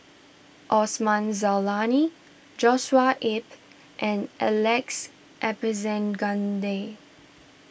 Osman Zailani Joshua Ip and Alex